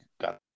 got